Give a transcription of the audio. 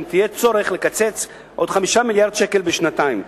תהיה צורך לקצץ עוד 5 מיליארדי שקל בשנתיים,